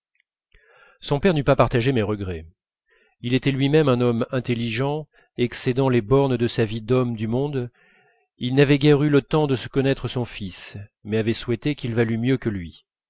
son père n'eût pas partagé mes regrets il était lui-même un homme intelligent excédant les bornes de sa vie d'homme du monde il n'avait guère eu le temps de connaître son fils mais avait souhaité qu'il valût mieux que lui